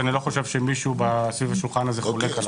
שאני לא חושב שמישהו סביב השולחן הזה חולק עליו.